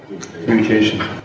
Communication